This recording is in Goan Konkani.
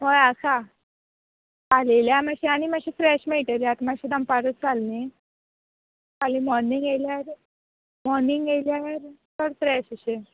हय आसा फाल्यां येल्यार मातशीं फ्रेश मेळटली आतां मातशीं दनपार अशी जाली न्हय फाल्यां मोर्नींग येल्यार मोर्नींग येल्यार चड फ्रेश अशें